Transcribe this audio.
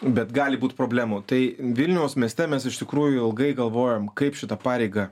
bet gali būt problemų tai vilniaus mieste mes iš tikrųjų ilgai galvojom kaip šitą pareigą